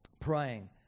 praying